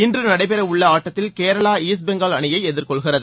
இன்று நடைபெற உள்ள ஆட்டத்தில் கேரளா ஈஸ்ட் பெங்கால் அணியை எதிர்கொள்கிறது